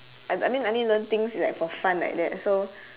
I I mean learn things is like for fun like that so